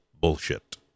bullshit